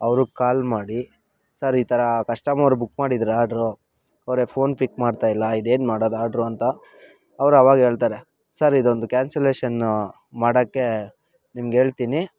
ಅವ್ರಿಗೆ ಕಾಲ್ ಮಾಡಿ ಸರ್ ಈ ಥರ ಕಶ್ಟಮರ್ ಬುಕ್ ಮಾಡಿದ್ರು ಆರ್ಡ್ರು ಅವರೇ ಫೋನ್ ಪಿಕ್ ಮಾಡ್ತಾ ಇಲ್ಲ ಇದೇನು ಮಾಡೋದು ಆರ್ಡ್ರು ಅಂತ ಅವ್ರು ಅವಾಗ ಹೇಳ್ತಾರೆ ಸರ್ ಇದೊಂದು ಕ್ಯಾನ್ಸಲೇಷನ್ನು ಮಾಡೋಕ್ಕೆ ನಿಮ್ಗೆ ಹೇಳ್ತಿನಿ